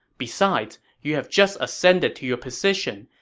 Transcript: besides, you have just ascended to your position,